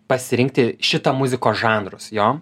pasirinkti šitą muzikos žanrus jo